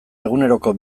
eguneroko